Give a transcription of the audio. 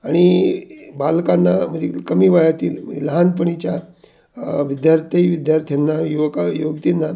आणि बालकांना म्हणजे कमी वयातील लहानपणीच्या विद्यार्थी विद्यार्थ्यांना युवक युवतींना